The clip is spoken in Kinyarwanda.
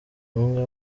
numwe